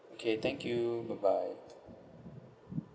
okay thank you bye bye